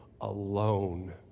alone